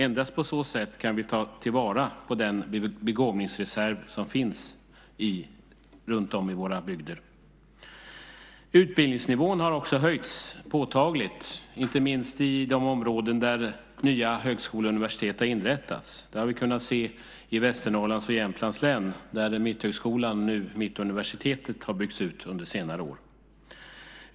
Endast på så sätt kan vi ta vara på den begåvningsreserv som finns runtom i våra bygder. Utbildningsnivån har också höjts påtagligt, inte minst i de områden där nya högskolor och universitet har inrättats. Det har vi kunnat se i Västernorrlands och Jämtlands län, där Mitthögskolan, nu Mittuniversitetet, har byggts ut under senare år.